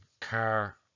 car